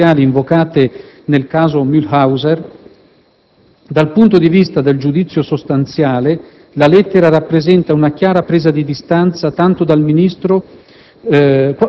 giurisprudenziali invocate nel caso Mühlhauser, dal punto di vista del giudizio sostanziale, la lettera rappresenta una chiara presa di distanza tanto del Ministro